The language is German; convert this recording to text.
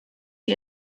ihr